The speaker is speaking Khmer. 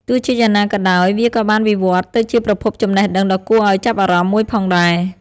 ទោះជាយ៉ាងណាក៏ដោយ វាក៏បានវិវត្តទៅជាប្រភពចំណេះដឹងដ៏គួរឲ្យចាប់អារម្មណ៍មួយផងដែរ។